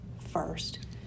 first